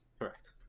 Correct